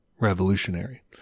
revolutionary